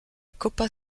copa